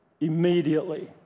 Immediately